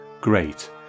Great